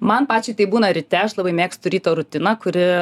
man pačiai taip būna ryte aš labai mėgstu ryto rutiną kuri